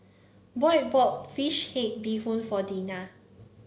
Boy bought fish head Bee Hoon for Deena